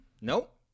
Nope